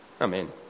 Amen